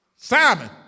Simon